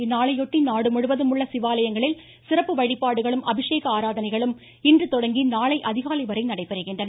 இந்நாளையொட்டி நாடு முழுவதும் உள்ள சிவாலயங்களில் சிறப்பு வழிபாடுகளும் அபிஷேக ஆராதனைகளும் இன்று தொடங்கி நாளை அதிகாலை வரை நடைபெறுகின்றன